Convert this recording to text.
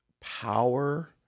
power